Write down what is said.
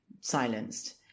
silenced